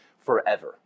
forever